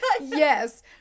Yes